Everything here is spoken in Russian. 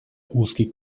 узкий